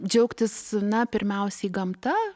džiaugtis na pirmiausiai gamta